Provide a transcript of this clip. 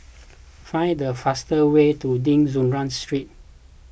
find the fastest way to De Souza Street